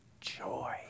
joy